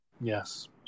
Yes